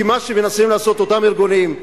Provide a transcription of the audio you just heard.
הרי מה שמנסים לעשות אותם ארגונים,